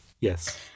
Yes